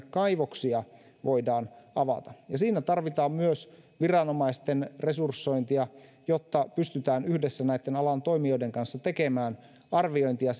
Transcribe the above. kaivoksia voidaan avata ja siinä tarvitaan myös viranomaisten resursointia jotta pystytään yhdessä alan toimijoiden kanssa tekemään arviointia